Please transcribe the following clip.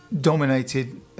dominated